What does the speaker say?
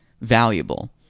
valuable